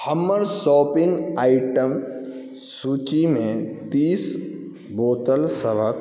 हमर shopping item सूचीमे तीस बोतल सबके